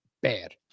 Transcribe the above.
bad